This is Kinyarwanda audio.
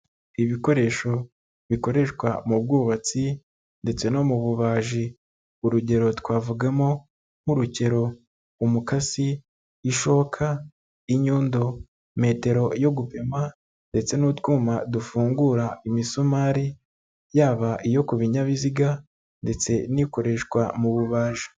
Ibikoresho bikoreshwa mu bwubatsi ndetse no mu bubaji. Urugero twavugamo nk'urukero, umukasi, ishoka, inyundo, metero yo gupima ndetse n'utwuma dufungura imisumari, yaba iyo ku binyabiziga ndetse n'ikoreshwa mu bubaji.